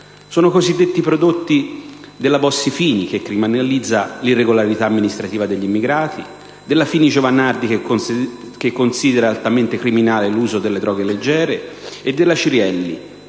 Sono i cosiddetti prodotti della Bossi-Fini, che criminalizza l'irregolarità amministrativa degli immigrati; della Fini-Giovanardi, che considera altamente criminale l'uso delle droghe leggere e della Cirielli,